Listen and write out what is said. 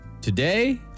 Today